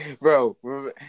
Bro